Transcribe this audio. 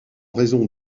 raison